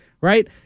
Right